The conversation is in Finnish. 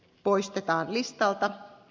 poistetaan listalta